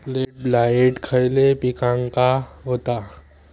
Late blight खयले पिकांका होता?